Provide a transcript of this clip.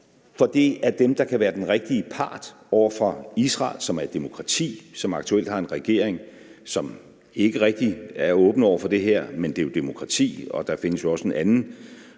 For det er dem, der kan være den rigtige part over for Israel, som aktuelt har en regering, som ikke rigtig er åben over for det her, men som jo også er et demokrati. Og der findes jo også en anden